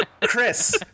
Chris